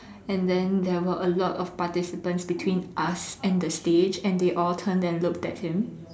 and then there were a lot of participants between us and the stage and they all turned and looked at him